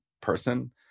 person